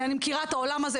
אני מכירה את העולם הזה,